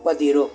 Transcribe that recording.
ಒಪ್ಪದಿರು